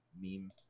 meme